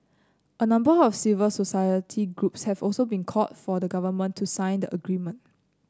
a number of civil society groups have also called for the Government to sign the agreement